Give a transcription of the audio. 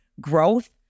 growth